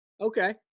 Okay